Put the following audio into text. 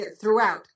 throughout